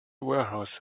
warehouse